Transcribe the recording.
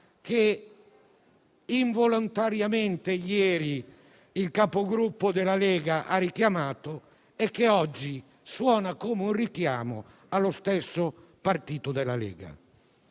che involontariamente ieri il Capogruppo della Lega ha richiamato e che oggi suona come un richiamo allo stesso partito della Lega.